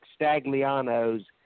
Stagliano's